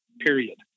period